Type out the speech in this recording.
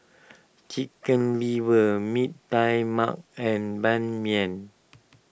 Chicken Liver Mee Tai Mak and Ban Mian